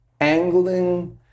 angling